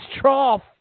trough